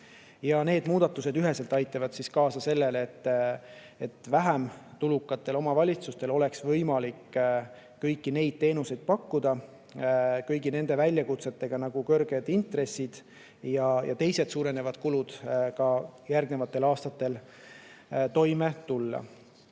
Need muudatused aitavad üheselt kaasa sellele, et vähem tulukatel omavalitsustel oleks võimalik kõiki teenuseid pakkuda ning kõigi nende väljakutsetega nagu kõrged intressid ja teised suurenevad kulud ka järgnevatel aastatel toime tulla.